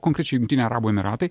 konkrečiai jungtiniai arabų emyratai